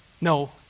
No